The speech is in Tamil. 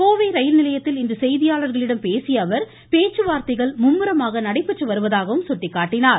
கோவை ரயில் நிலையத்தில் இன்று செய்தியாளர்களிடம் பேசிய அவர் பேச்சுவார்த்தைகள் மும்முரமாக நடைபெற்று வருவதாகவும் சுட்டிக்காட்டினார்